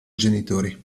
genitori